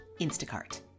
Instacart